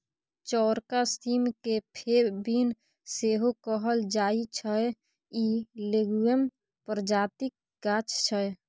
चौरका सीम केँ फेब बीन सेहो कहल जाइ छै इ लेग्युम प्रजातिक गाछ छै